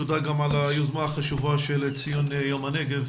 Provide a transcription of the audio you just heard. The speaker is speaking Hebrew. תודה גם על היוזמה החשובה של ציון יום הנגב,